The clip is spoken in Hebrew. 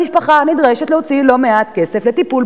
המשפחה נדרשת להוציא לא מעט כסף על טיפול